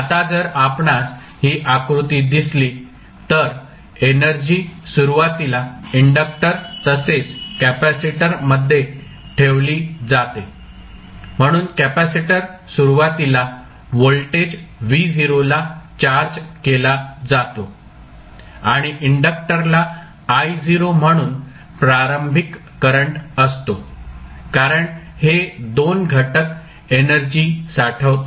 आता जर आपणास ही आकृती दिसली तर एनर्जी सुरुवातीला इंडक्टर तसेच कॅपेसिटर मध्ये ठेवली जाते म्हणून कॅपेसिटर सुरुवातीला व्होल्टेज Vo ला चार्ज केला जातो आणि इंडक्टरला Io म्हणून प्रारंभिक करंट असतो कारण हे दोन घटक एनर्जी साठवतात